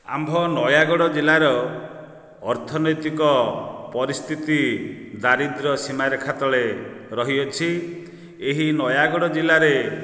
ଆମ୍ଭ ନୟାଗଡ଼ ଜିଲ୍ଲାର ଅର୍ଥନୈତିକ ପରିସ୍ଥିତି ଦାରିଦ୍ର ସୀମାରେଖା ତଳେ ରହିଅଛି ଏହି ନୟାଗଡ଼ ଜିଲ୍ଲାରେ